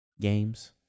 games